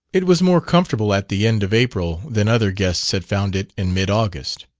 it was more comfortable at the end of april than other guests had found it in mid-august.